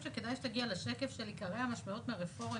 שכדאי שתגיע לשקף של עיקרי המשמעויות מהרפורמה.